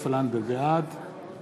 בעד